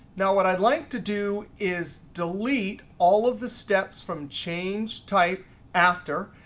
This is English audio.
now what i'd like to do is delete all of the steps from change type after,